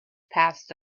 passed